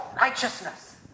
righteousness